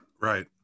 Right